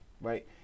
right